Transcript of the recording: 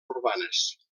urbanes